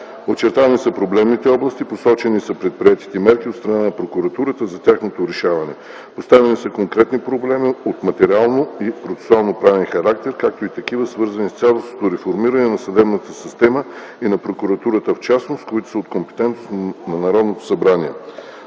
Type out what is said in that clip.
Очертани са проблемните области, посочени са предприетите мерки от страна на прокуратурата за тяхното решаване, поставени са конкретни проблеми от материално и процесуалноправен характер, както и такива, свързани с цялостното реформиране на съдебната система и на прокуратурата в частност, които са от компетентност на Народното събрание.